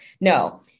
No